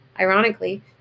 ironically